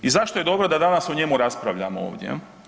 I zašto je dobro da danas o njemu raspravljamo ovdje?